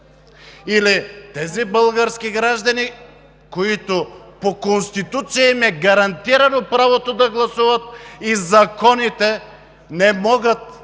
Или тези български граждани, на които по Конституция им е гарантирано правото да гласуват, и законите не могат да нарушават